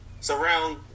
surround